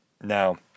Now